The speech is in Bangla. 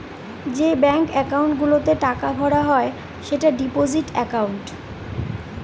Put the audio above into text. যে ব্যাঙ্ক একাউন্ট গুলোতে টাকা ভরা হয় সেটা ডিপোজিট একাউন্ট